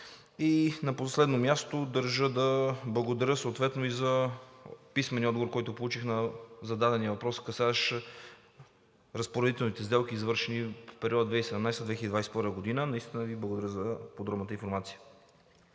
На последно място, държа да благодаря съответно и за писмения отговор, който получих на зададения въпрос, касаещ разпоредителните сделки, извършени в периода 2017 – 2021 г. Наистина Ви благодаря за подробната информация.